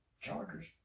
Chargers